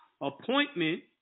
Appointment